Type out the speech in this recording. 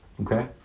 okay